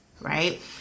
right